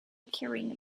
carrying